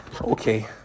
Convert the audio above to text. okay